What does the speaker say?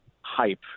hype